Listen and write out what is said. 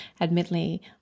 admittedly